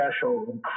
special